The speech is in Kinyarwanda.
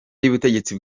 y’ubutegetsi